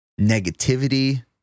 negativity